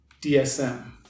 DSM